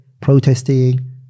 protesting